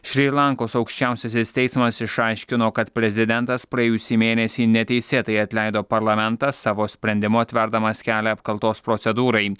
šri lankos aukščiausiasis teismas išaiškino kad prezidentas praėjusį mėnesį neteisėtai atleido parlamentą savo sprendimu atverdamas kelią apkaltos procedūrai